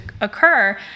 occur